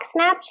Snapchat